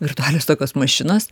virtualios tokios mašinos